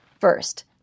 First